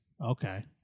Okay